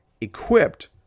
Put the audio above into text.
equipped